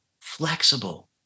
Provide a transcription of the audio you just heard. flexible